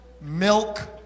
milk